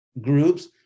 groups